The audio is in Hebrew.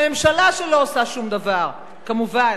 הממשלה, שלא עושה שום דבר, כמובן.